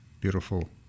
beautiful